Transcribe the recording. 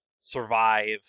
survive